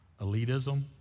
Elitism